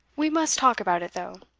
we must talk about it, though.